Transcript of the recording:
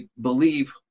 believe